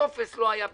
הטופס לא היה בסדר.